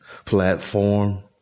Platform